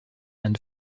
and